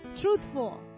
truthful